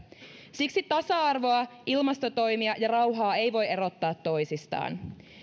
siksi tasa arvoa ilmastotoimia ja rauhaa ei voi erottaa toisistaan